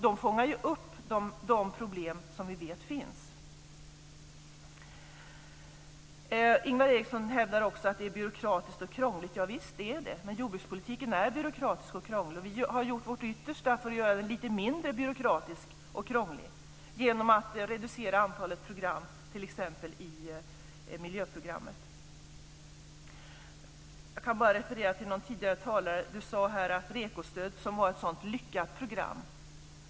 De fångar upp de problem som vi vet finns. Ingvar Eriksson hävdar att det är byråkratiskt och krångligt. Javisst, det är det. Men jordbrukspolitiken är byråkratisk och krånglig. Vi har fått göra vårt yttersta för att göra den lite mindre byråkratisk och krånglig genom att reducera antalet program t.ex. Jag ska bara referera lite till vad som tidigare talare sagt. Det sades att REKO-stödet var ett så lyckat program.